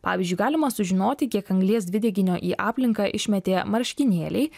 pavyzdžiui galima sužinoti kiek anglies dvideginio į aplinką išmetė marškinėliai